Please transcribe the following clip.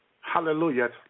hallelujah